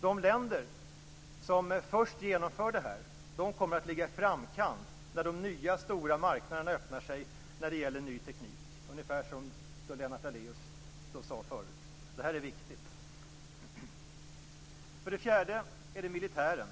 De länder som först genomför detta kommer att ligga i framkant när de nya stora marknaderna öppnar sig när det gäller ny teknik, ungefär som Lennart Daléus sade tidigare. Detta är viktigt. För det fjärde gäller det militären.